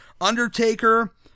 Undertaker